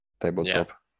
tabletop